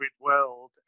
world